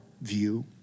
view